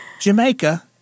Jamaica